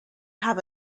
have